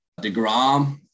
Degrom